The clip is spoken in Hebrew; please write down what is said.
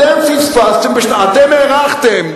אתם פספסתם.